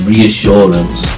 Reassurance